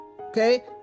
okay